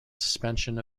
suspension